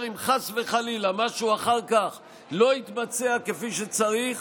ואם חס וחלילה משהו אחר כך לא יתבצע כפי שצריך,